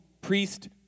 priest